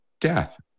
death